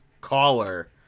caller